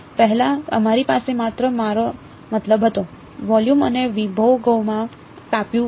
પહેલાં અમારી પાસે માત્ર મારો મતલબ હતો વોલ્યુમ અમે વિભાગોમાં કાપ્યું છે